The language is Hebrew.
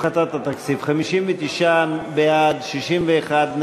הסתייגויות של הפחתת התקציב, 59 בעד, 61 נגד.